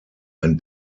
ein